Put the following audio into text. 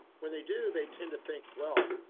when they do, they tend to think, well,